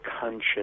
conscience